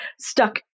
stuck